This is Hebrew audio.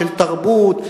של תרבות,